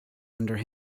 under